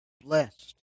Blessed